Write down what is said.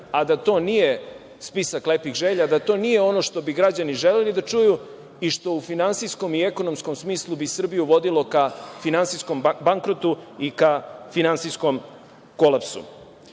a da to nije spisak lepih želja, da to nije ono što bi građani želeli da čuju i što u finansijskom i ekonomskom smislu bi Srbiju vodilo ka finansijskom bankrotu i ka finansijskom kolapsu. Budžet